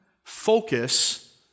Focus